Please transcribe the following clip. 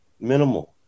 minimal